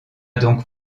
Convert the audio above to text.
donc